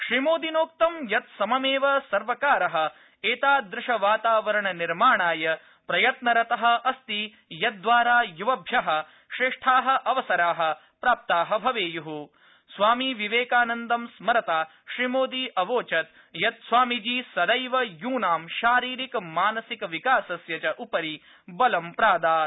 श्रीमोदिनोक्तं यत् सममेव सर्वकारः एतादूशवातावरणनिर्माणाय प्रयत्नरतः अस्ति यद्वारा युवभ्यः श्रेष्ठा अवसराः प्राप्ताः भवेयुः स्वामि विवेकानन्दं स्मरता श्रीमोदी अवोचत् यत् स्वामीजी सदैव यूनां शारीरिक मानसिकविकासस्य च उपरि बलं प्रादात्